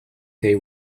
they